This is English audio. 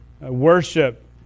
worship